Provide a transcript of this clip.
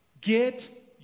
get